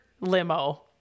limo